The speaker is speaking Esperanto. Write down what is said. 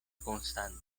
konstante